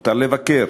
מותר לבקר,